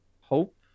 hope